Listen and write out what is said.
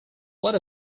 what